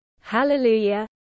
Hallelujah